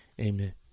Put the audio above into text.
amen